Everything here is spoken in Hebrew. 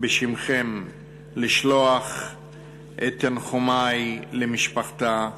בשמכם, לשלוח את תנחומי למשפחתה.